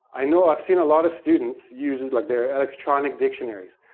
i know i've seen a lot of students use, like, their electronic dictionaries.